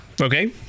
okay